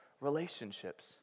relationships